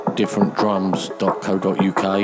differentdrums.co.uk